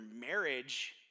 marriage